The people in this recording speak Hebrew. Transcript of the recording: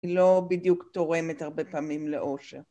היא לא בדיוק תורמת הרבה פעמים לאושר.